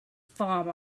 farm